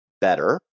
better